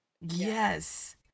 Yes